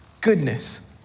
goodness